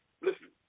listen